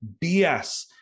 BS